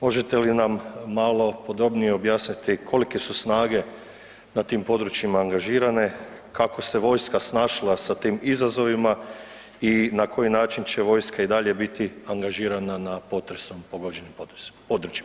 Možete li nam malo podobnije objasniti kolike su snage na tim područjima angažirane, kako se vojska snašla sa tim izazovima i na koji način će vojska i dalje biti angažirana na potresom pogođenim područjima.